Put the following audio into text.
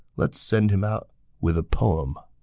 let's send him out with a poem